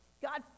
God